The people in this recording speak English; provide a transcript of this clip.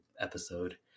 episode